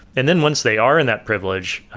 and then once they are in that privilege,